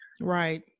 Right